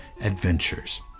adventures